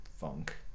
funk